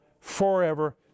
forever